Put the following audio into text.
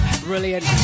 Brilliant